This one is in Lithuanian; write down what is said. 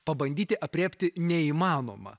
pabandyti aprėpti neįmanoma